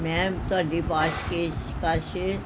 ਮੈਂ ਤੁਹਾਡੀ ਪਾਸ ਪੇਸ਼ਕਸ਼